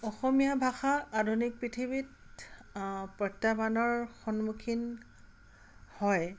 অসমীয়া ভাষা আধুনিক পৃথিৱীত প্ৰত্যাহ্বানৰ সন্মুখীন হয়